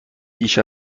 بیش